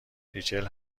ریچل